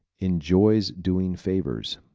enjoys doing favors